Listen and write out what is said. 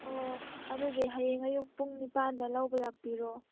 ꯑꯣ ꯑꯗꯨꯗꯤ ꯍꯌꯦꯡ ꯑꯌꯨꯛ ꯄꯨꯡ ꯅꯤꯄꯥꯟꯗ ꯂꯧꯕ ꯂꯥꯛꯄꯤꯔꯣ